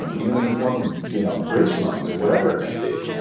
um even in the form of, you know, bridge loans or whatever it may be.